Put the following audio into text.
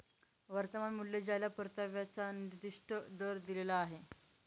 वर्तमान मूल्य ज्याला परताव्याचा निर्दिष्ट दर दिलेला आहे